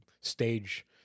stage